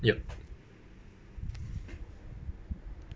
yup